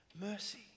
mercy